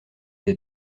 des